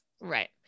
right